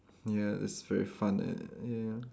ya that's very fun and ya